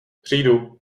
přijdu